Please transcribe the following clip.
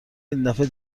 ایندفعه